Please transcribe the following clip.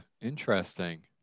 interesting